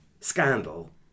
scandal